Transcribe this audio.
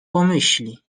pomyśli